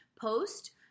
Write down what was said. post